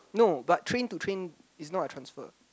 no but train to train is not a transfer